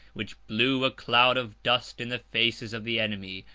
which blew a cloud of dust in the faces of the enemy,